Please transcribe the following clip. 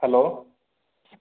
hello